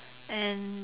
and